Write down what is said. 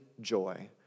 joy